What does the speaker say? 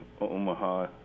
Omaha